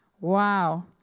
Wow